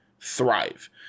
thrive